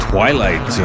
Twilight